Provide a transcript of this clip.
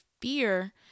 fear